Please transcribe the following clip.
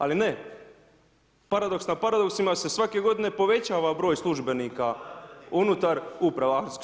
Ali ne, paradoks na paradoksima se svake godine povećava broj službenika unutar uprava.